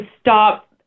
stop